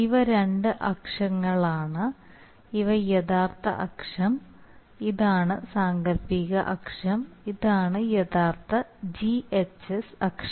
ഇവ രണ്ട് അക്ഷങ്ങളാണ് ഇതാണ് യഥാർത്ഥ അക്ഷം ഇതാണ് സാങ്കൽപ്പിക അക്ഷം ഇതാണ് യഥാർത്ഥ GH അക്ഷം